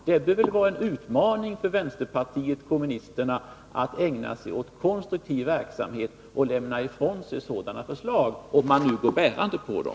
Det bör vara en utmaning för vänsterpartiet kommunisterna att ägna sig åt konstruktiv verksamhet och lämna ifrån sig sådana förslag, om man nu går bärande på dem.